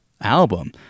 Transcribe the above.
album